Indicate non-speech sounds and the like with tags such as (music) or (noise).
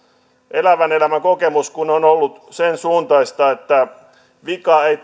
elävän elämän kokemus kun on ollut sen suuntaista että vika ei (unintelligible)